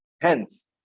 Hence